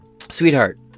sweetheart